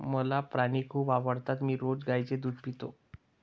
मला प्राणी खूप आवडतात मी रोज गाईचे दूध पितो